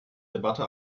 debatte